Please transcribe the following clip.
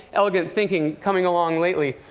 elegant thinking coming along lately.